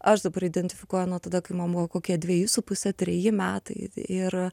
aš dabar identifikuoju nuo tada kai mam kokie dveji su puse treji metai ir